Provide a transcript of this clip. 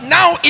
now